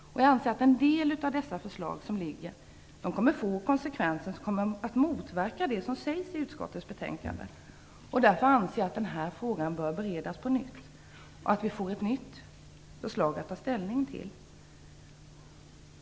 Jag anser att en del av dessa förslag kommer att få till konsekvens att de motverkar det som sägs i betänkandet. Därför anser jag att den här frågan bör beredas på nytt så att vi får ett nytt förslag att ta ställning till.